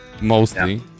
mostly